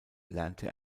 lernte